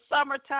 summertime